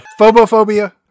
Phobophobia